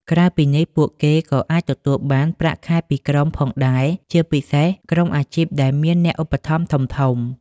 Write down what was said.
ក្រៅពីនេះ ពួកគេក៏អាចទទួលបាន ប្រាក់ខែពីក្រុម ផងដែរ ជាពិសេសក្រុមអាជីពដែលមានអ្នកឧបត្ថម្ភធំៗ។